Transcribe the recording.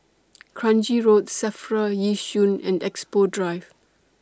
Kranji Road SAFRA Yishun and Expo Drive